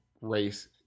race